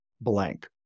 blank